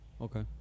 Okay